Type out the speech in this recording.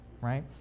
right